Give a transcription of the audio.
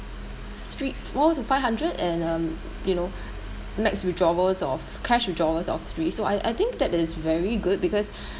three four to five hundred and um you know max withdrawals of cash withdrawals of three so I I think that is very good because